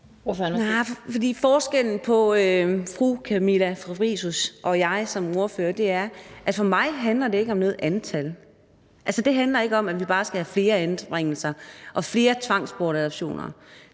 forskellen på fru Camilla Fabricius og jeg som ordførere er, at for mig handler det ikke om noget antal. Altså, det handler ikke om, at vi bare skal have flere anbringelser og tvangsbortadoptioner.